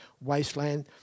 wasteland